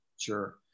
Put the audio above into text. Sure